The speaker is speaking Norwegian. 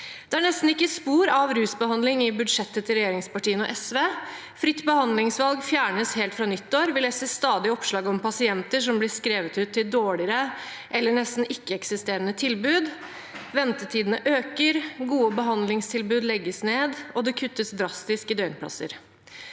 Det er nesten ikke spor av rusbehandling i budsjettet til regjeringspartiene og SV. Fritt behandlingsvalg fjernes helt fra nyttår. Vi leser stadig oppslag om pasienter som blir skrevet ut til dårligere eller nesten ikke-eksisterende tilbud. Ventetidene øker, gode behandlingstilbud legges ned, og det kuttes drastisk i døgnplasser.